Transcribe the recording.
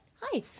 Hi